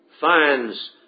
finds